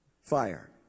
fire